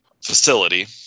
Facility